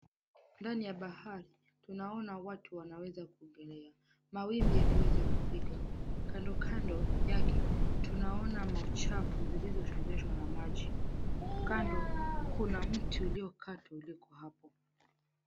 Ndani ya bahari tunaona watu wanaweza kuogelea, mawimbi yakiweza kupiga. Kando kando yake tunaona mauchafu zilizosongeshwa na maji. Kando, kuna mti uliokatwa uliowekwa hapo.